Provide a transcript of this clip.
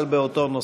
אבל באותו נושא.